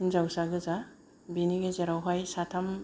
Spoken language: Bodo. हिनजावसा गोजा बिनि गेजेरावहाय साथाम